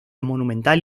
monumental